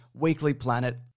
weeklyplanet